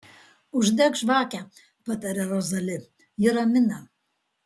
uždek žvakę pataria rozali ji ramina